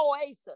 oasis